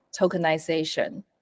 tokenization